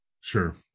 Sure